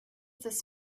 this